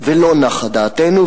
ולא נחה דעתנו.